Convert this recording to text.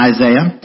Isaiah